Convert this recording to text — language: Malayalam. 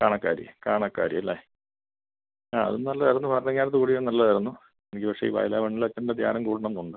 കാണക്കാരി കാണക്കാരി അല്ലേ ആ അതും നല്ലതായിരുന്നു ഭരണങ്ങാനത്ത് കൂടിയതും നല്ലതായിരുന്നു എനിക്ക് പക്ഷെ ഈ വയലമണ്ണിലച്ഛൻ്റെ ധ്യാനം കൂടണം എന്നുണ്ട്